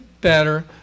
better